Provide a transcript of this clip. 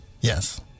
Yes